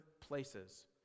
places